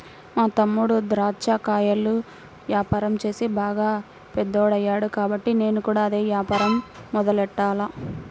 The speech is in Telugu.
మా తమ్ముడు దాచ్చా కాయల యాపారం చేసి బాగా పెద్దోడయ్యాడు కాబట్టి నేను కూడా అదే యాపారం మొదలెట్టాల